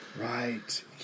Right